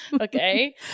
Okay